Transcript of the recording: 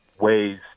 ways